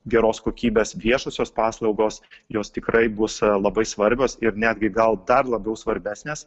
geros kokybės viešosios paslaugos jos tikrai bus labai svarbios ir netgi gal dar labiau svarbesnės